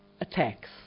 attacks